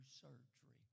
surgery